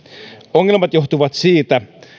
ongelmat johtuvat siitä